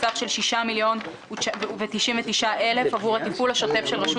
בסך של 6,099 אלפי ש"ח עבור התפעול השוטף של רשות